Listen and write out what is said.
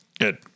Good